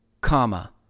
comma